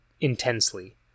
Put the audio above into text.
intensely